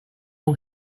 all